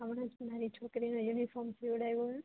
હમણાં જ મારી છોકરીનો યુનિફોર્મ સીવડાયો હે